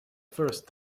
first